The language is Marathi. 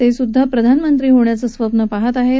तस्विद्धा प्रधानमंत्री होण्याचं स्वप्न बघत आहत